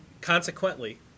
consequently